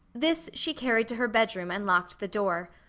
this she carried to her bedroom and locked the door.